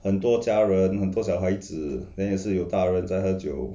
很多家人很多小孩子 then 也是有大人在喝酒:ye shi youda ren zai he jiu